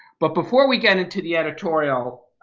but before we get into the editorial